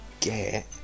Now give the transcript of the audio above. get